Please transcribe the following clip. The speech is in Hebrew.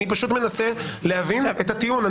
אני פשוט מנסה להבין את הטיעון.